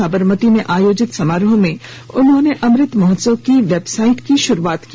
सांबरमती में आयोजित समारोह में उन्होंने अमृत महोत्सव की वेबसाइट की शुरुआत की